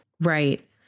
Right